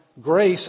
Grace